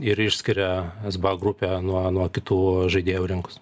ir išskiria sba grupę nuo kitų žaidėjų rinkos